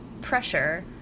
pressure